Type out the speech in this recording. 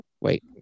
wait